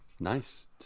Nice